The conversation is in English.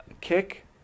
kick